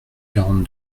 quarante